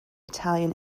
italian